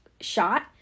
shot